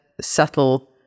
subtle